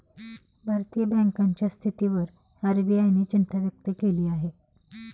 भारतीय बँकांच्या स्थितीवर आर.बी.आय ने चिंता व्यक्त केली आहे